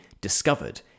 discovered